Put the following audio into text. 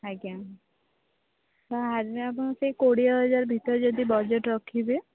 ଆଜ୍ଞା ଆପଣ ସେଇ କୋଡ଼ିଏ ହଜାରେ ଭିତରେ ଯଦି ବଜେଟ୍ ରଖିବେ